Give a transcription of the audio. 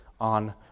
on